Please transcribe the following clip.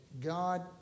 God